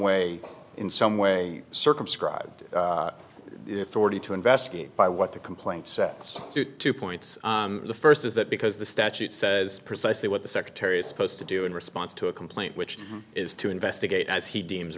way in some way circumscribed already to investigate by what the complaint says two points first is that because the statute says precisely what the secretary is supposed to do in response to a complaint which is to investigate as he deems